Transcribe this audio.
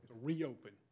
reopen